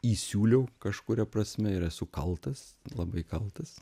įsiūliau kažkuria prasme ir esu kaltas labai kaltas